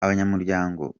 abanyamuryango